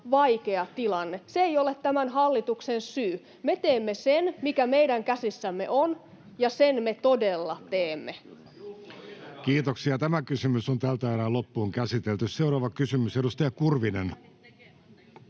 vaikea tilanne, ei ole tämän hallituksen syy. Me teemme sen, mikä meidän käsissämme on, ja sen me todella teemme. Seuraava kysymys, edustaja Kurvinen,